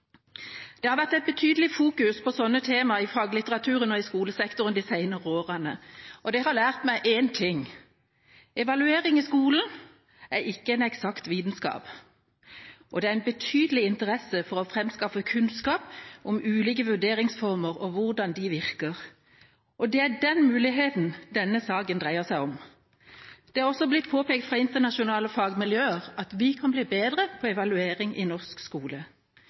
Det har vært et betydelig fokus på sånne tema i faglitteraturen og i skolesektoren de senere årene, og det har lært meg én ting: Evaluering i skolen er ikke en eksakt vitenskap, og det er en betydelig interesse for å framskaffe kunnskap om ulike vurderingsformer og hvordan de virker. Det er den muligheten denne saken dreier seg om. Det er også blitt påpekt fra internasjonale fagmiljøer at vi kan bli bedre på evaluering i norsk skole.